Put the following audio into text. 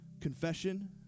confession